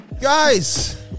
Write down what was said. Guys